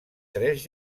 tres